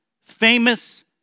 famous